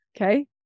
Okay